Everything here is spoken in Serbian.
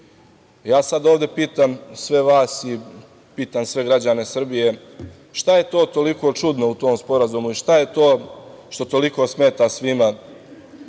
sada ovde pitam sve vas, pitam sve građane Srbije, šta je to toliko čudno u tom Sporazumu i šta je to što toliko smeta svima,